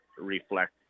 reflect